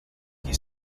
qui